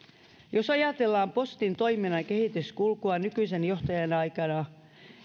jos ajatellaan postin toiminnan kehityskulkua nykyisen johtajan aikana